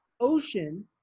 ocean